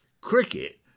cricket